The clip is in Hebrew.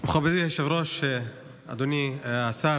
מכובדי היושב-ראש, אדוני השר,